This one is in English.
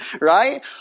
right